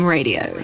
Radio